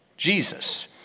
Jesus